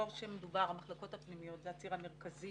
המחלקות הפנימיות זה הציר המרכזי